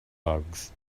bugs